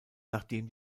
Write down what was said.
nachdem